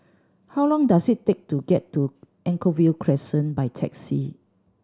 how long does it take to get to Anchorvale Crescent by taxi